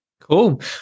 Cool